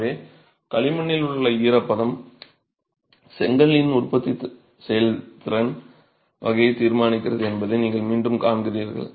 எனவே களிமண்ணில் உள்ள ஈரப்பதம் செங்கலின் உற்பத்தி செயல்முறையின் வகையை தீர்மானிக்கிறது என்பதை நீங்கள் மீண்டும் காண்கிறீர்கள்